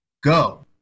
go